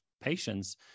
patients